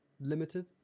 Limited